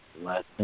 Last